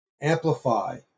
amplify